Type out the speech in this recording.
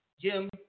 Jim